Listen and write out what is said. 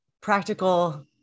practical